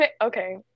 Okay